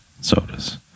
sodas